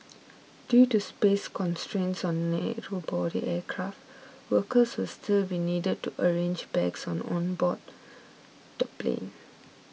due to space constraints on narrow body aircraft workers will still be needed to arrange bags on board the plane